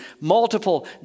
multiple